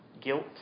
guilt